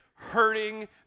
hurting